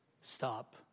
stop